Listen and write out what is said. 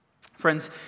Friends